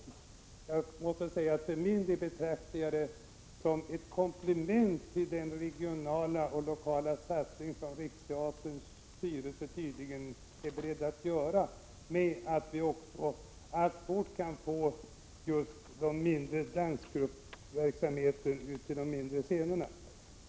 För min del betraktar jag den här verksamheten som ett komplement till den regionala och lokala satsning som Riksteaterns styrelse tydligen är beredd att göra, så att vi alltfort kan få just mindre dansgruppverksamheter ut till de mindre scenerna.